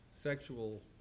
sexual